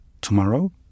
Tomorrow